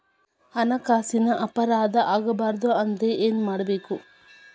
ಹಣ್ಕಾಸಿನ್ ಅಪರಾಧಾ ಆಗ್ಬಾರ್ದು ಅಂದ್ರ ಏನ್ ಮಾಡ್ಬಕು?